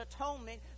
atonement